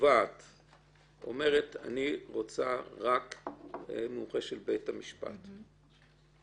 שהתובעת אומרת: אני רוצה מומחה של בית המשפט,